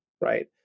right